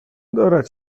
دارد